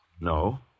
No